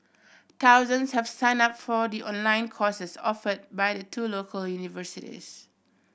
thousands have signed up for the online courses offer by the two local universities